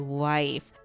wife